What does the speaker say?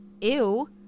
Ew